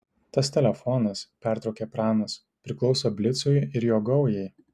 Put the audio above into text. tas telefonas pertraukė pranas priklauso blicui ir jo gaujai